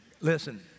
Listen